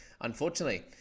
unfortunately